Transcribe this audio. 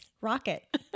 Rocket